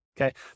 Okay